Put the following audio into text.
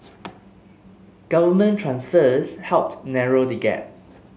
government transfers helped narrow the gap